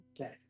Okay